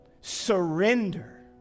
surrender